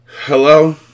Hello